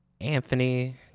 Anthony